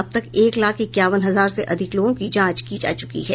अब तक एक लाख इक्यावन हजार से अधिक लोगों की जांच की जा चुकी है